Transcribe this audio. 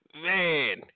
man